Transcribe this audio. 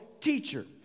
teacher